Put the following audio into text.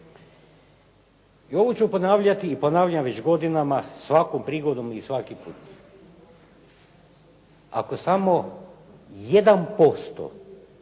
I ovo ću ponavljati i ponavljam već godinama svakom prigodom i svaki put, ako samo 1%,